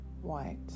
white